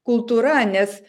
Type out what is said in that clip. kultūra nes